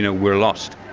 you know we're lost.